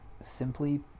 simply